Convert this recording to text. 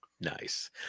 Nice